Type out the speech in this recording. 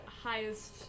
highest